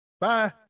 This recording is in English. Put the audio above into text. Bye